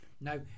Now